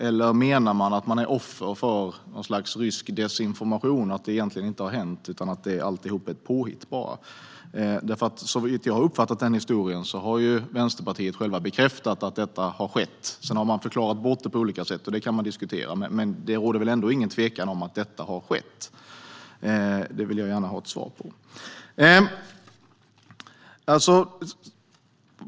Eller menar man att man är offer för något slags rysk desinformation, att det egentligen inte har hänt utan att alltihop bara är ett påhitt? Såvitt jag har uppfattat den historien har Vänsterpartiet själva bekräftat att detta har skett. Sedan har man förklarat bort det på olika sätt, och det kan man diskutera, men det råder väl ändå ingen tvekan om att detta har skett? Detta vill jag gärna ha ett svar på.